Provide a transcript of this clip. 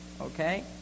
okay